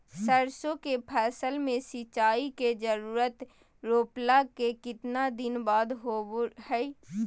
सरसों के फसल में सिंचाई के जरूरत रोपला के कितना दिन बाद होबो हय?